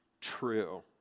true